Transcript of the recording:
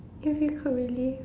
if you could relive